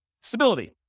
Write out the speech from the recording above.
Stability